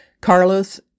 Carlos